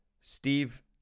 Steve